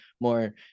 more